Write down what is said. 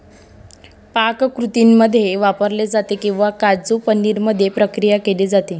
पाककृतींमध्ये वापरले जाते किंवा काजू पनीर मध्ये प्रक्रिया केली जाते